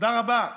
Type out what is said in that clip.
תודה רבה,